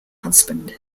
husband